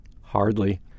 Hardly